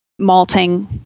malting